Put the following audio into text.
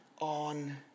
on